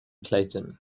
clayton